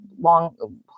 long